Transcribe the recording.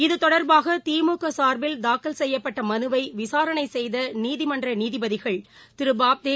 இத்தொடர்பாக திமுக சார்பில் தாக்கல் செய்யப்பட்ட மனுவை விசாரணை செய்த உச்சநீதிமன்ற நீதிபதிகள் திரு பாப்தே